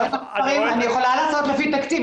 אני יכולה לעשות לפי תקציב,